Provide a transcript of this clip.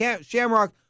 Shamrock